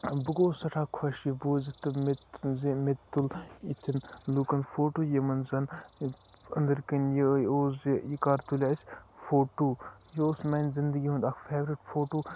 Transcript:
بہٕ گوس سیٚٹھاہ خۄش یہِ بوٗزِتھ تہٕ زِ میٚتہٕ تُل یِتھن لُکَن فوٹو یِمَن زَن اندٕرکنۍ یِہے اوس زِ یہِ کر تُلہِ اَسہِ فوٹو یہِ اوس میانہِ زِندگی ہُنٛد اکھ فیورِٹ فوٹو